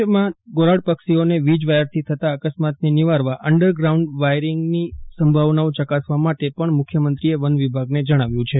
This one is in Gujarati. કચ્છમાં ઘોરાડ પક્ષીઓ ને વીજવાયર થી થતા અકસ્માતને નિવારવા અંડરગ્રાઉન્ડ વાયરીંગ ની સંભાવનાઓ ચકાસવા માટે પણ મુખ્યમંત્રીએ વનવિભાગને જણાવ્યું છે